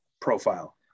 profile